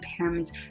impairments